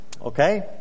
Okay